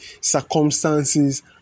circumstances